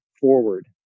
forward